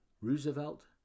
Roosevelt